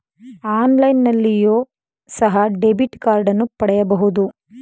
ಆನ್ಲೈನ್ನಲ್ಲಿಯೋ ಸಹ ಡೆಬಿಟ್ ಕಾರ್ಡನ್ನು ಪಡೆಯಬಹುದು